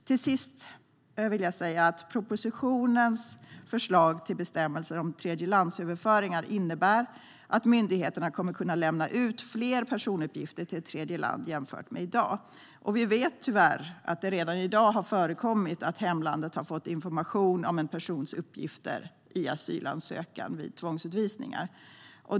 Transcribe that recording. Till sist vill jag säga: Propositionens förslag till bestämmelser om tredjelandsöverföringar innebär att myndigheterna kommer att kunna lämna ut fler personuppgifter till tredje land jämfört med i dag. Vi vet tyvärr att det redan i dag har förekommit att hemlandet har fått information om en persons uppgifter i asylansökan vid tvångsutvisningar.